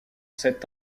sept